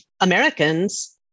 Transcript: Americans